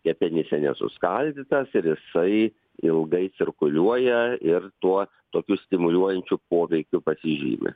kepenyse nesuskaldytas ir jisai ilgai cirkuliuoja ir tuo tokiu stimuliuojančiu poveikiu pasižymi